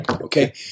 Okay